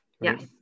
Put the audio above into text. yes